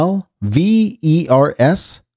L-V-E-R-S